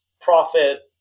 profit